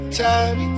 time